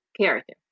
character